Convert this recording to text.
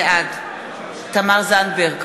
נגד מסעוד גנאים,